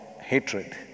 hatred